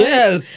Yes